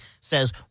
says